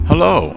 Hello